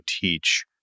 teach